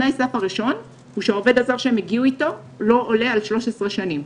תנאי הסף הראשון הוא שהעובד הזר שהם הגיעו איתו לא עולה על 13 שנים,